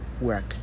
work